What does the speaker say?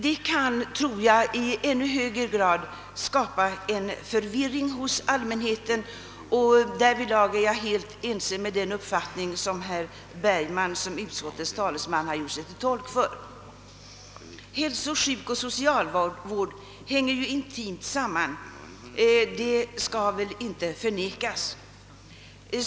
Detta kan i än högre grad skapa förvirring hos all mänheten, Därvidlag har jag samma uppfattning som utskottets talesman, herr Bergman. Hälso-, sjukoch socialvård hänger intimt samman.